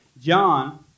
John